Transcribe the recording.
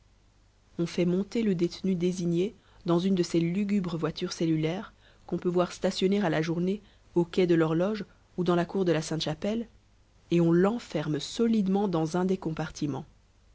on fait monter le détenu désigné dans une de ces lugubres voitures cellulaires qu'on peut voir stationner à la journée au quai de l'horloge ou dans la cour de la sainte-chapelle et on l'enferme solidement dans un des compartiments